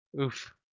Oof